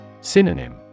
Synonym